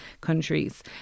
countries